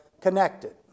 connected